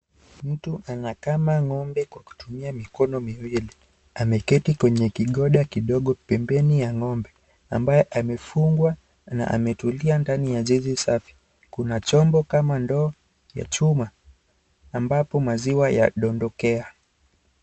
Mtu anakama ng'ombe kwa kutumia mikono miwili ameketi kwenye kigonda kidogo pembeni ya ng'ombe ambaye amefungwa na ametulia ndani ya zizi safi. Kuna chombo kama ndoo ya chuma ambapo maziwa yadodokea.